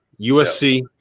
USC